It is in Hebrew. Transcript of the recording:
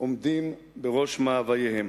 עומדים בראש מאווייהן.